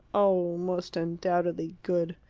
oh, most undoubtedly good,